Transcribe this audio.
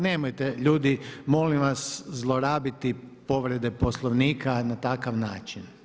Nemojte ljudi molim vas zlorabiti povrede Poslovnika na takav način.